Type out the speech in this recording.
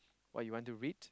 what you wan to read